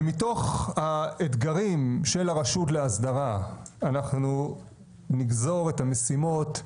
ומתוך האתגרים של הרשות לאסדרה אנחנו נגזור את המשימות,